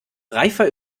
reifer